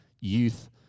youth